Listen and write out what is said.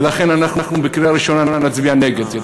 ולכן אנחנו בקריאה הראשונה נצביע נגד.